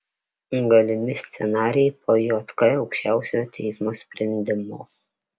galimi scenarijai po jk aukščiausiojo teismo sprendimo